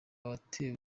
watewe